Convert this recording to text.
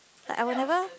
like I would never